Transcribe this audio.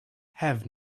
have